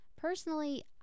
Personally